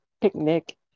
picnic